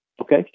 Okay